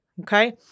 Okay